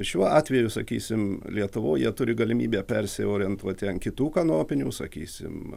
šiuo atveju sakysim lietuvoj jie turi galimybę persiorientuoti ant kitų kanopinių sakysim